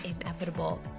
inevitable